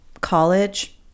college